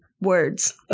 Words